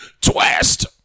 twist